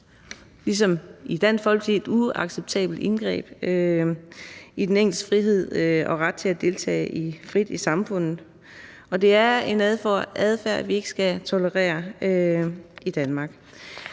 og Dansk Folkeparti et uacceptabelt indgreb i den enkeltes frihed og ret til at deltage frit i samfundet, og det er en adfærd, vi ikke skal tolerere i Danmark.